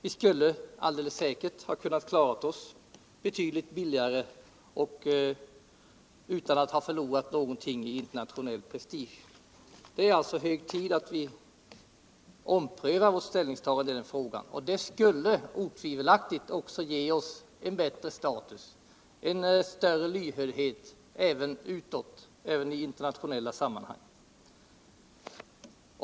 Vi skulle alldeles säkert ha kunnat klara oss betydligt billigare och utan att ha förlorat prestige internationellt. Det är alltså hög tid att vi omprövar vårt ställningstagande i denna fråga. Det skulle otvivelaktigt också ge oss en bättre status, en större Ivhördhet även utåt i internationella sammanhang.